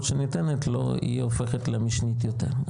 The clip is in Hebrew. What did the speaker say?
שניתנת לו היא הופכת למשנית יותר.